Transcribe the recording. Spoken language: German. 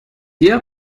ihr